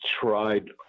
tried